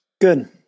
Good